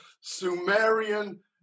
sumerian